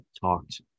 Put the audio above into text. talked